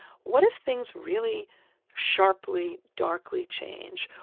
what if things really sharply, darkly change?